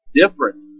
different